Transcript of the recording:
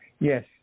Yes